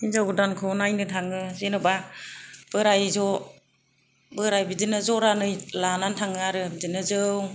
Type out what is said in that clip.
हिनजाव गोदानखौ नायनो थाङो जेनावबा बोराइ ज बोराइ बिदिनो जरानै लानानै थाङो आरो बिदिनो जौ